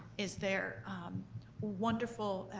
is there wonderful